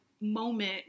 moment